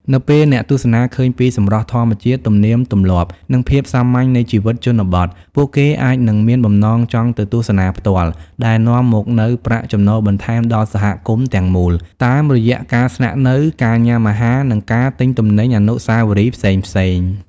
នៅពេលអ្នកទស្សនាឃើញពីសម្រស់ធម្មជាតិ ទំនៀមទម្លាប់ និងភាពសាមញ្ញនៃជីវិតជនបទ ពួកគេអាចនឹងមានបំណងចង់ទៅទស្សនាផ្ទាល់ ដែលនាំមកនូវប្រាក់ចំណូលបន្ថែមដល់សហគមន៍ទាំងមូល តាមរយៈការស្នាក់នៅ ការញ៉ាំអាហារ និងការទិញទំនិញអនុស្សាវរីយ៍ផ្សេងៗ។